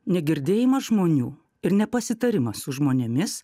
negirdėjimas žmonių ir ne pasitarimas su žmonėmis